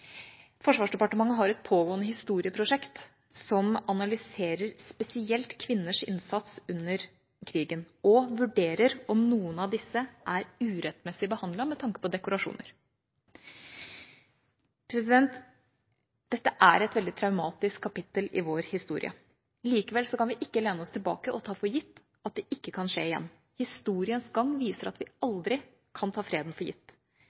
Forsvarsdepartementet har et pågående historieprosjekt som analyserer spesielt kvinners innsats under krigen og vurderer om noen av disse er urettmessig behandlet med tanke på dekorasjoner. Dette er et veldig traumatisk kapittel i vår historie. Likevel kan vi ikke lene oss tilbake og ta for gitt at det ikke kan skje igjen. Historiens gang viser at vi aldri kan ta freden for gitt.